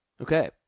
Okay